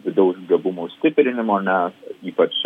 vidaus gabumų stiprinimo nes ypač